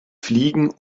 fliegen